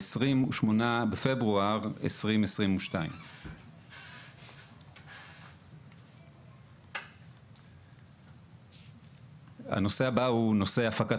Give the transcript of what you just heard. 28 בפברואר 2022. הנושא הבא הוא הפקת